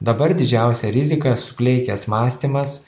dabar didžiausia rizika suplėkęs mąstymas